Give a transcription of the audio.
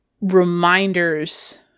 reminders